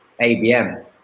ABM